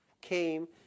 came